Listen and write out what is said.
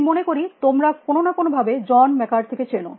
আমি মনে করি তোমরা কোনো না কোনো ভাবে জন ম্যাককার্থে কে চেন